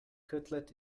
cutlet